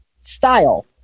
style